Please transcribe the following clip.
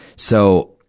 so,